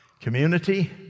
Community